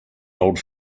old